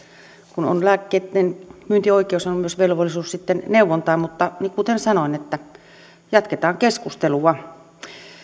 kun on lääkkeitten myyntioikeus on on myös velvollisuus neuvontaan mutta kuten sanoin jatketaan keskustelua